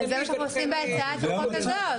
--- אבל זה מה שאנחנו עושים בהצעת החוק הזאת.